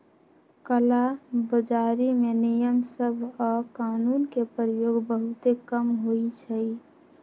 कला बजारी में नियम सभ आऽ कानून के प्रयोग बहुते कम होइ छइ